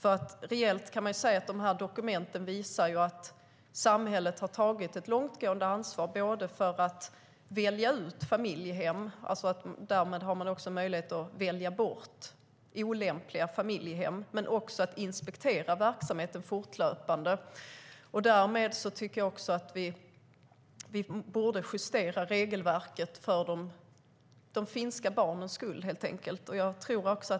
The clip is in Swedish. Reellt kan man säga att de här dokumenten visar att samhället har tagit ett långtgående ansvar både för att välja ut familjehem, varvid man haft möjlighet att välja bort olämpliga sådana, och för att inspektera verksamheten fortlöpande. Därmed tycker jag att vi borde justera regelverket för de finska barnens skull.